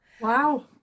Wow